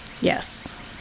Yes